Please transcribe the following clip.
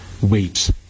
Wait